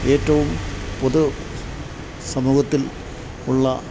ഏറ്റവും പൊതു സമൂഹത്തിൽ ഉള്ള